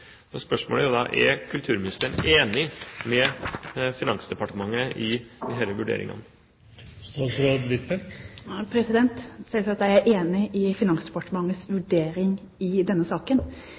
Spørsmålet er da: Er kulturministeren enig med Finansdepartementet i disse vurderingene? Selvsagt er jeg enig i Finansdepartementets vurdering i denne saken.